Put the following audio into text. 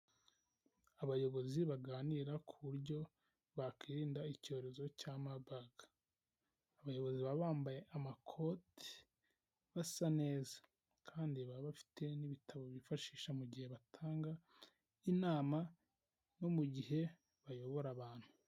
Abayobozi baganira ku buryo bakwirinda icyorezo cya mabaga abayobozi baba bambaye amakoti basa neza kandi baba bafite n'ibitabo bifashisha mu gihe batanga inama no mu gihe bayobora abantu.